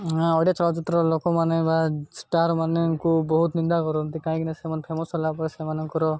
ଓଡ଼ିଆ ଚଳଚ୍ଚିତ୍ରର ଲୋକମାନେ ବା ଷ୍ଟାର୍ ମାନଙ୍କୁ ବହୁତ ନିନ୍ଦା କରନ୍ତି କାହିଁକିନା ସେମାନେ ଫେମସ୍ ହେଲା ପରେ ସେମାନଙ୍କର